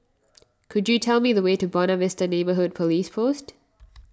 could you tell me the way to Buona Vista Neighbourhood Police Post